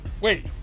Wait